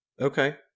Okay